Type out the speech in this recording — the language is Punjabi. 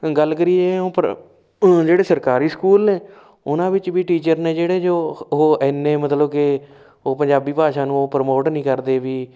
ਅ ਗੱਲ ਕਰੀਏ ਅ ਪ੍ਰਾ ਜਿਹੜੇ ਸਰਕਾਰੀ ਸਕੂਲ ਨੇ ਉਹਨਾਂ ਵਿੱਚ ਵੀ ਟੀਚਰ ਨੇ ਜਿਹੜੇ ਜੋ ਉਹ ਇੰਨੇ ਮਤਲਬ ਕਿ ਉਹ ਪੰਜਾਬੀ ਭਾਸ਼ਾ ਨੂੰ ਉਹ ਪ੍ਰਮੋਟ ਨਹੀਂ ਕਰਦੇ ਵੀ